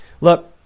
look